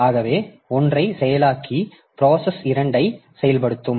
ஆகவே ஒன்றை செயலாக்கி ப்ராசஸ் 2 ஐச் செயல்படுத்தும்